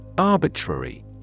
Arbitrary